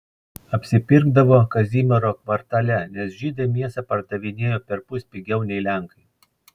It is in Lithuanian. apsipirkdavo kazimiero kvartale nes žydai mėsą pardavinėjo perpus pigiau nei lenkai